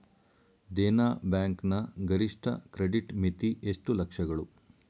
Dena bank ನ ಗರಿಷ್ಠ credit ಮಿತಿ ಎಷ್ಟು ಲಕ್ಷಗಳು?